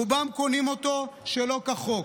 רובם קונים אותו שלא כחוק.